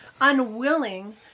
unwilling